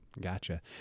Gotcha